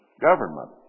government